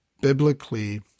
biblically